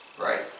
right